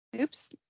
Oops